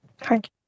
Thank